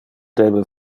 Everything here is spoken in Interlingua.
debe